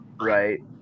Right